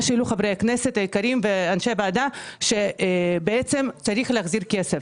מה שהעלו חברי הכנסת היקרים ואנשי הוועדה זה שבעצם צריך להחזיר כסף.